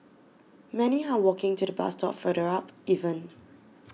many are walking to the bus stop further up even